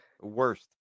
Worst